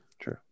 True